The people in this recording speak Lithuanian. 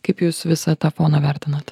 kaip jūs visą tą foną vertinat